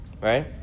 right